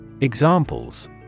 Examples